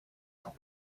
pour